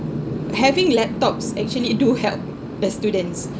having laptops actually do help the students